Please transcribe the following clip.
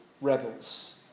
rebels